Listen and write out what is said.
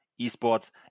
esports